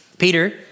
Peter